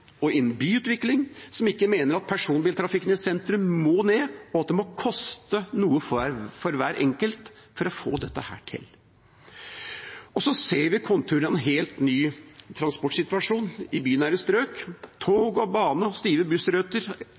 og innen byutvikling som ikke mener at personbiltrafikken i sentrum må ned, og at det må koste noe for hver enkelt for å få dette til. Så ser vi konturene av en helt ny transportsituasjon i bynære strøk. Tog og bane og stive